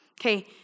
Okay